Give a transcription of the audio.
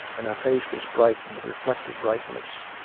and her face was bright in the reflected brightness.